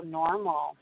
normal